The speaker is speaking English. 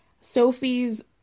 Sophie's